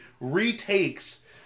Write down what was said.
retakes